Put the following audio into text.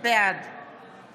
בעד